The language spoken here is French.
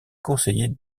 conseillers